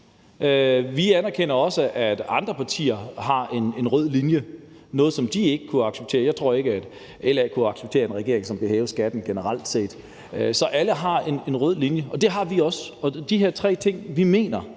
Vi anerkender også, at andre partier har en rød linje – noget, som de ikke vil kunne acceptere. Jeg tror ikke, at LA kunne acceptere en regering, som vil hæve skatten generelt set. Så alle har en rød linje, og det har vi også. Vi mener, at vi skal